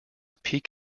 peak